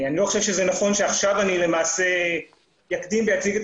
אני לא חושב שזה נכון שעכשיו אני למעשה אקדים ואציג את